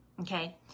Okay